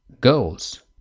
goals